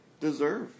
deserve